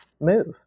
move